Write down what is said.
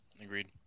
Agreed